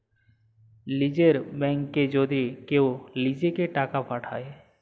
লীযের ব্যাংকে যদি কেউ লিজেঁকে টাকা পাঠায়